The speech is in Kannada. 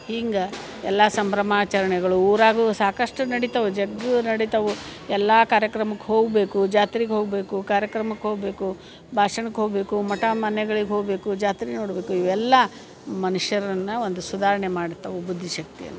ಹೀಂಗೆ ಎಲ್ಲ ಸಂಭ್ರಮ ಆಚರಣೆಗಳು ಊರಾಗೂ ಸಾಕಷ್ಟು ನಡಿತಾವೆ ಜಗ್ಗ ನಡಿತವೆ ಎಲ್ಲ ಕಾರ್ಯಕ್ರಮಕ್ಕೆ ಹೋಗಬೇಕು ಜಾತ್ರಿಗೆ ಹೋಗಬೇಕು ಕಾರ್ಯಕ್ರಮಕ್ಕೆ ಹೋಗಬೇಕು ಭಾಷಣಕ್ಕೆ ಹೋಗಬೇಕು ಮಠ ಮನೆಗಳಿಗೆ ಹೋಗ್ಬೇಕು ಜಾತ್ರೆ ನೋಡಬೇಕು ಇವೆಲ್ಲ ಮನುಷ್ಯರನ್ನು ಒಂದು ಸುಧಾರಣೆ ಮಾಡ್ತವೆ ಬುದ್ಧಿ ಶಕ್ತಿಯನ್ನು